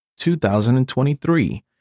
2023